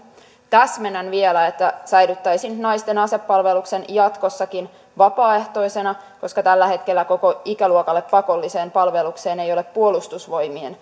täsmennän vielä että säilyttäisin naisten asepalveluksen jatkossakin vapaaehtoisena koska tällä hetkellä koko ikäluokalle pakolliseen palvelukseen ei ei ole puolustusvoimien